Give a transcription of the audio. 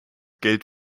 geld